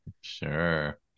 Sure